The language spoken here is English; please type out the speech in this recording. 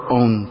own